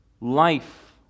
Life